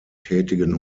tätigen